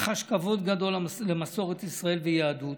החש כבוד גדול למסורת ישראל וליהדות".